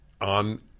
on